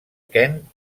kent